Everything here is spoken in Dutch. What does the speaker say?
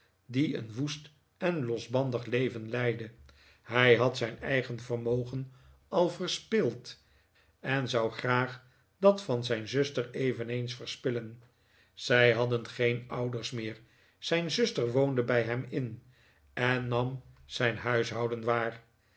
die een woest en losbandig leven leidde hij had zijn eigen vermogen al verspild en zou graag dat van zijn zuster eveneens verspillen zij hadden geen ouders meer zijn zuster woonde bij hem in en nam zijn huishouden waar